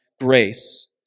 grace